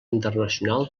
internacional